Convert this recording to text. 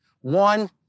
One